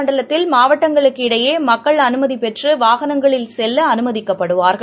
மண்டலத்தில் மாவட்டங்களுக்கிடையேமக்கள் அனுமதிபெற்றுவாகனங்களில் ஆரஞ்ச் செல்லஅனுமதிக்கப்படுவார்கள்